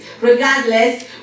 Regardless